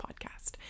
podcast